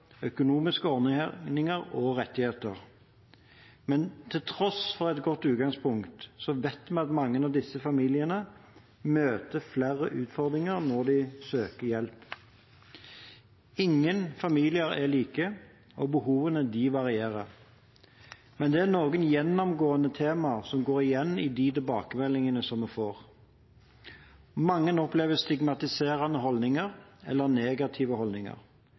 økonomiske ordninger og rettigheter. Til tross for et godt utgangspunkt vet vi at mange av disse familiene møter flere utfordringer når de søker hjelp. Ingen familier er like, og behovene varierer. Men det er noen temaer som går igjen i tilbakemeldingene vi får. Mange opplever stigmatiserende eller negative holdninger.